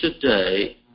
today